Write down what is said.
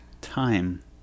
time